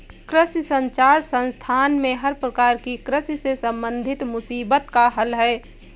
कृषि संचार संस्थान में हर प्रकार की कृषि से संबंधित मुसीबत का हल है